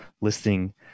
Listing